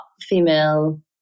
female